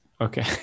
Okay